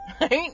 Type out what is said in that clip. right